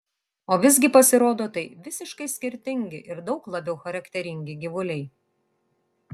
o visgi pasirodo tai visiškai skirtingi ir daug labiau charakteringi gyvuliai